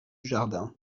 jardin